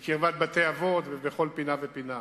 בקרבת בתי-אבות, ובכל פינה ופינה.